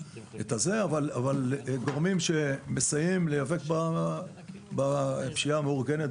אבל גורמים שמסייעים להיאבק בפשיעה המאורגנת,